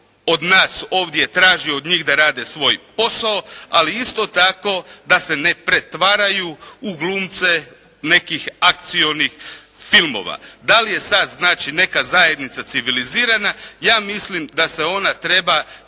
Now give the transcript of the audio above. od nas ovdje traži od njih da rade svoj posao, ali isto tako da se ne pretvaraju u glumce nekih akcionih filmova. Da li je sad znači neka zajednica civilizirana ja mislim da se ona treba,